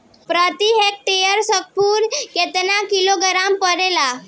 प्रति हेक्टेयर स्फूर केतना किलोग्राम परेला?